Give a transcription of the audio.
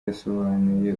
yasobanuye